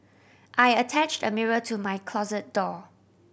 I attached a mirror to my closet door